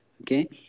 okay